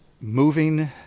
moving